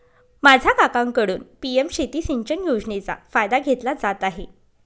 माझा काकांकडून पी.एम शेती सिंचन योजनेचा फायदा घेतला जात आहे